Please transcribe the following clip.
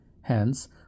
Hence